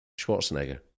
Schwarzenegger